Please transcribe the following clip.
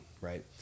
right